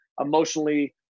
emotionally